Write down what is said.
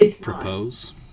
propose